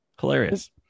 Hilarious